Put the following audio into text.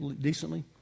Decently